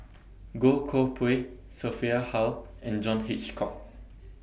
Goh Koh Pui Sophia Hull and John Hitchcock